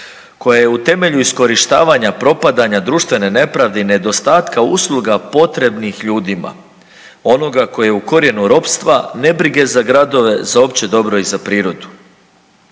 „koja je u temelju iskorištavanja propadanja društvene nepravde i nedostatka usluga potrebnih ljudima onoga koji je u korijenu ropstva nebrige za gradove za opće dobro i za prirodu.“